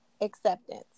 acceptance